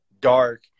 dark